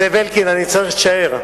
זאב אלקין, אני צריך שתישאר,